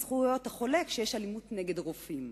חוק זכויות החולה כשיש אלימות נגד רופאים.